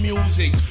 music